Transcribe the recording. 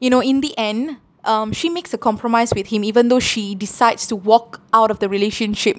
you know in the end um she makes a compromise with him even though she decides to walk out of the relationship